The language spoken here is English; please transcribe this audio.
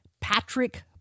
Patrick